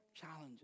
challenges